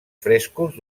frescos